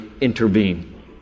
intervene